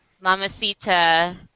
Mamacita